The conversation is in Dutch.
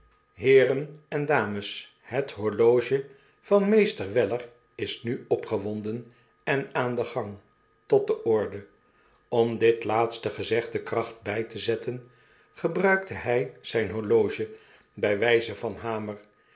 heeren en dames het horloge van meester weller is nu opgewonden en aan den gang tot de orde om dit laatste gezegde kracht bij te zetten gebruikte hg zjjn horloge bij wjjze van hamer